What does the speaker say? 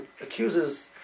accuses